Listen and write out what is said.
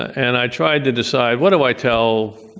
and i tried to decide, what do i tell,